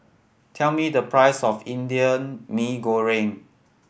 tell me the price of Indian Mee Goreng